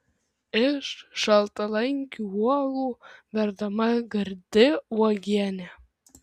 iš šaltalankių uogų verdama gardi uogienė